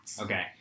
Okay